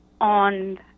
on